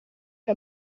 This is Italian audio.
che